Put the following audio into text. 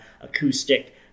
acoustic